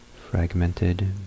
fragmented